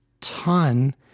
ton